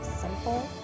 simple